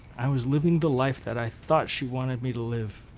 i was living the life that i thought she wanted me to live,